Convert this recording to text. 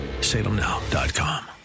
SalemNow.com